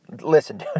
Listen